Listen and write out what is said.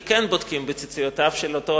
כי כן בודקים בציציותיו של אותו אדם,